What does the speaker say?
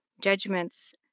judgments